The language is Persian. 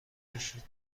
میشید